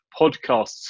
podcasts